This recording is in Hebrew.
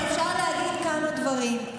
תקשיב, אופיר, אפשר להגיד כמה דברים.